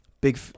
Big